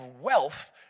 wealth